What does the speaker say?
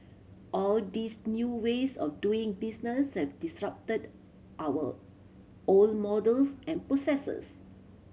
all these new ways of doing business have disrupted our old models and processes